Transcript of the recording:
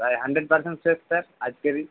প্রায় hundred percent fresh sir আজকেরই